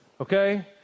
okay